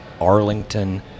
Arlington